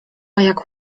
jak